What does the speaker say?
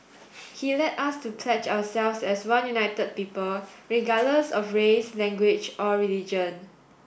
he led us to pledge ourselves as one united people regardless of race language or religion